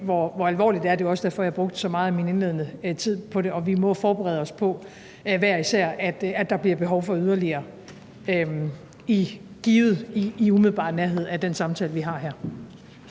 hvor alvorligt det er, og det var også derfor, jeg brugte så meget af min indledende tid på det. Og vi må hver især forberede os på, at der bliver behov for yderligere i umiddelbar nærhed af den samtale, vi har her.